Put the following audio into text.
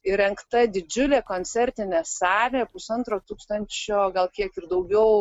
įrengta didžiulė koncertinė salė pusantro tūkstančio o gal kiek ir daugiau